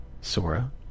Sora